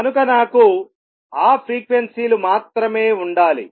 కనుక నాకు ఆ ఫ్రీక్వెన్సీలు మాత్రమే ఉండాలి